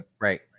Right